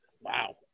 Wow